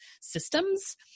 systems